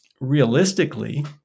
realistically